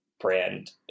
brand